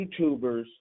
YouTubers